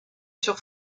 sur